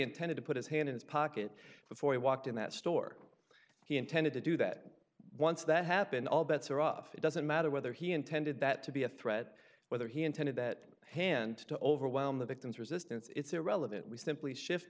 intended to put his hand in his pocket before he walked in that store he intended to do that once that happened all bets are off it doesn't matter whether he intended that to be a threat whether he intended that hand to overwhelm the victim's resistance it's irrelevant we simply shift